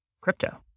crypto